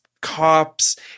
cops